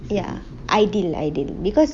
ya ideal ideal because